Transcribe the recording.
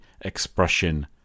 Expression